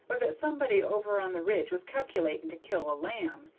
or that somebody over on the ridge was calculating to kill a lamb,